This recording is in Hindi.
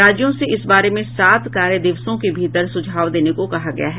राज्यों से इस बारे में सात कार्य दिवसों के भीतर सुझाव देने को कहा गया है